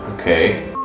Okay